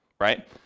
right